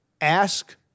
Ask